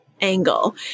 angle